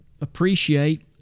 appreciate